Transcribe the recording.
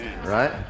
right